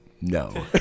No